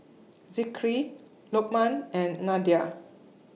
Zikri Lukman and Nadia